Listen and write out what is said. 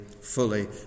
fully